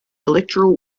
electoral